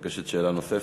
מבקשת שאלה נוספת?